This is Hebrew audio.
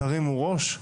תרימו ראש,